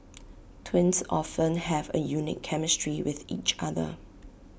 twins often have A unique chemistry with each other